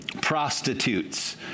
Prostitutes